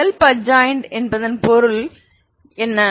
self adjoint பொருள் என்ன